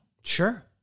Sure